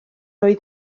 oedd